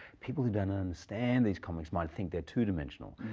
people who don't understand these comics might think they're two-dimensional.